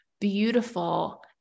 beautiful